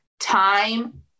time